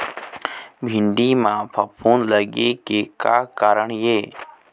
भिंडी म फफूंद लगे के का कारण ये?